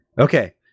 Okay